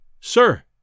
Sir